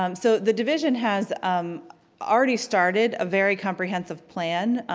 um so the division has already started a very comprehensive plan,